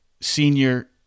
senior